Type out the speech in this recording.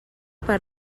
part